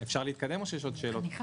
אפשר להתקדם או שיש עוד שאלות?